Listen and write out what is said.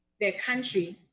their country,